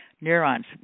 neurons